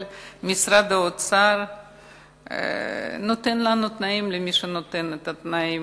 אבל משרד האוצר נותן לנו תנאים, למי שעומד בתנאים.